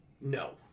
no